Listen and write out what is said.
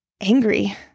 angry